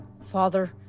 Father